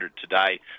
today